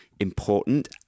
important